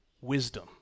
wisdom